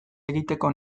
egiteko